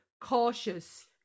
cautious